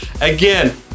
Again